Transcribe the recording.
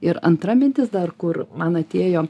ir antra mintis dar kur man atėjo